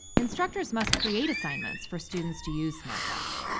instructors must create assignments for students to use smartbook.